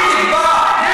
היא תקבע?